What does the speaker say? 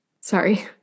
sorry